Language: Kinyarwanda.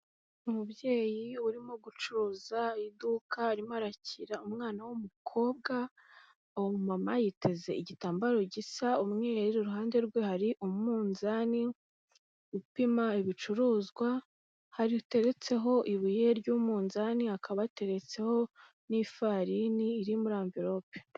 Umubyeyi urimo gucuruza iduka arimo arakira umwana w'umukobwa, uwo mumama yiteze igitambaro gisa umwru, iruhande rwe hari umunzani upima ibicuruzwa hateretseho ibuye ry'umunzani hakaba ateretseho n'ifarini iri muri anvelope.